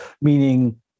meaning